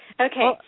Okay